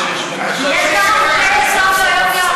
יש דבר כזה, נאום ראש הממשלה.